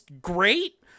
great